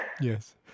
Yes